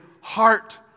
heart